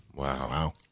Wow